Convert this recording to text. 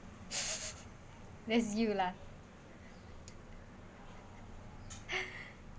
that's you lah